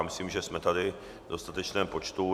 Myslím, že jsme tady v dostatečném počtu.